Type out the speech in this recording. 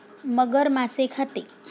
मगर मासे खाते